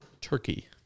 Turkey